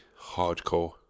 hardcore